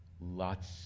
lots